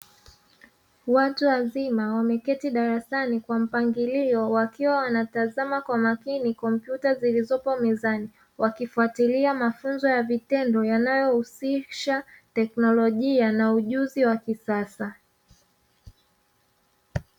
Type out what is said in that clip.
Watu wazima wameketi darasani kwa mpangilio wakiwa wanatazama kwa makini kompyuta zilizopo mezani, wakifuatilia mafunzo ya vitendo yanayohusisha teknolojia na ujuzi wa kisasa.